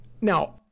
Now